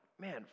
man